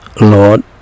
Lord